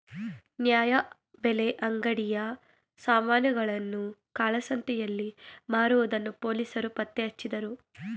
ನ್ಯಾಯಬೆಲೆ ಅಂಗಡಿಯ ಸಾಮಾನುಗಳನ್ನು ಕಾಳಸಂತೆಯಲ್ಲಿ ಮಾರುವುದನ್ನು ಪೊಲೀಸರು ಪತ್ತೆಹಚ್ಚಿದರು